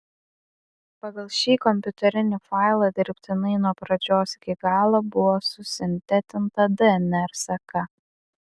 pagal šį kompiuterinį failą dirbtinai nuo pradžios iki galo buvo susintetinta dnr seka